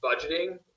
budgeting